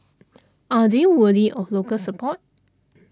are they worthy of local support